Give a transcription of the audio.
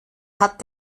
hat